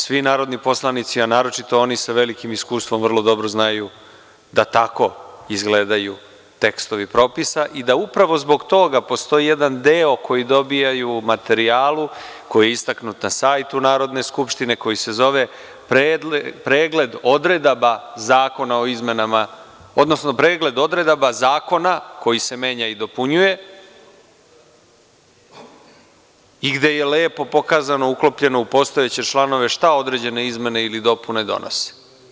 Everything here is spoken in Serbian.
Svi narodni poslanici, a naročito oni sa velikim iskustvom vrlo dobro znaju da tako izgledaju tekstovi propisa i da upravo zbog toga postoji jedan deo koji dobijaju u materijalu, koji je istaknut na sajtu Narodne skupštine, a koji se zove – pregled odredaba zakona o izmenama, odnosno pregled odredaba zakona koji se menja i dopunjuje i gde je lepo pokazano, uklopljeno u postojeće članove šta određene izmene ili dopune donose.